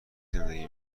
زندگی